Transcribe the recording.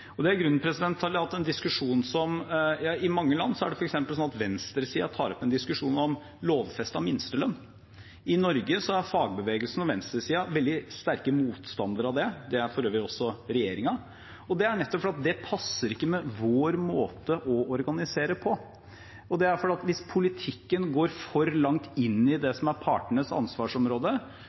I mange land er det f.eks. sånn at venstresiden tar opp en diskusjon om lovfestet minstelønn. I Norge er fagbevegelsen og venstresiden veldig sterke motstandere av det – det er for øvrig også regjeringen. Det er fordi det ikke passer med vår måte å organisere på. For hvis politikken går for langt inn i det som er partenes ansvarsområde,